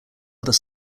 other